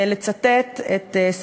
לצטט את רן מלמד,